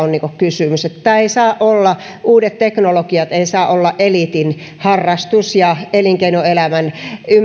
on kysymys että uudet teknologiat eivät saa olla eliitin harrastus ja elinkeinoelämän